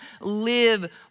live